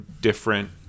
different